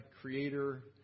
Creator